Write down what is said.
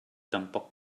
tampoc